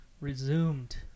Resumed